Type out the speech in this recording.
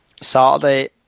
Saturday